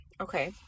Okay